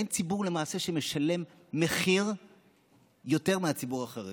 למעשה אין ציבור שמשלם מחיר יותר מהציבור החרדי,